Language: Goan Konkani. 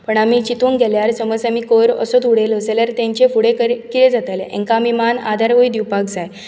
पूण आमी चितूंक गेल्यार समज तर आमी कोयर असोच उडयलो जाल्यार तेंचे फुडे किर् किते जातले तांकां आमी मान आधारूय दिवपाक जाय